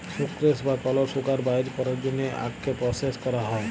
sucrose বা কল sugar বাইর ক্যরার জ্যনহে আখকে পরসেস ক্যরা হ্যয়